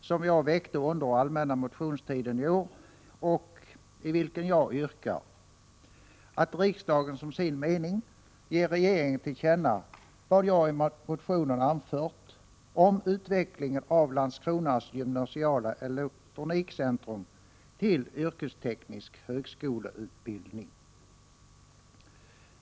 som jag väckte under den allmänna motionstiden i år och i vilken jag yrkar att riksdagen som sin mening ger regeringen till känna vad jag i motionen anfört om utvecklingen av Landskronas gymnasiala elektronikcentrum till yrkesteknisk högskoleutbildning.